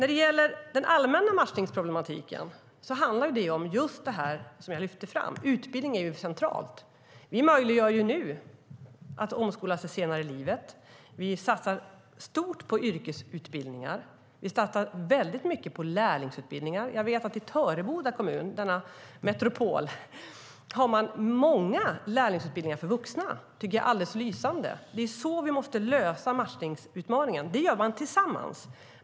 Den allmänna matchningsproblematiken handlar om just det som jag lyfte fram; utbildning är centralt. Vi möjliggör nu för människor att omskola sig senare i livet. Vi satsar stort på yrkesutbildningar. Vi satsar mycket på lärlingsutbildningar. Jag vet att man i Töreboda kommun - denna metropol - har många lärlingsutbildningar för vuxna. Jag tycker att det är alldeles lysande. Det är så vi måste lösa matchningsutmaningen. Det gör man tillsammans.